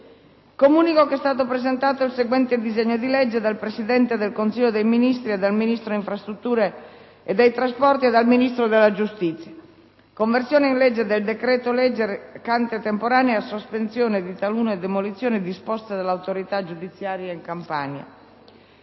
Comunico che è stato presentato il seguente disegno di legge: *dal Presidente del Consiglio dei ministri, dal Ministro delle infrastrutture e dei trasporti e dal Ministro della giustizia:* «Conversione in legge del decreto-legge 28 aprile 2010, n. 62, recante temporanea sospensione di talune demolizioni disposte dall'autorità giudiziaria in Campania»